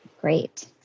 Great